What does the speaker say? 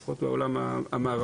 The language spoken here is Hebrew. לפחות בעולם המערבי,